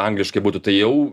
angliškai būtų tai jau